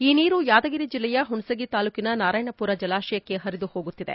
ಈ ನೀರು ಯಾದಗಿರಿ ಜಿಲ್ಲೆಯ ಹುಣಸಗಿ ತಾಲೂಕಿನ ನಾರಾಯಣಪುರ ಜಲಾಶಯಕ್ಕೆ ಹರಿದು ಹೋಗುತ್ತಿದೆ